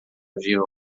viu